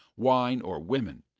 wine, or women,